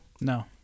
No